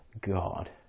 God